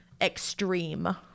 extreme